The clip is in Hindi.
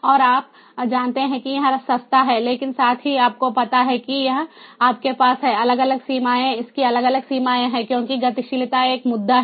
और आप जानते हैं कि यह सस्ता है लेकिन साथ ही आपको पता है कि यह आपके पास है अलग अलग सीमाएँ इसकी अलग अलग सीमाएँ हैं क्योंकि गतिशीलता एक मुद्दा है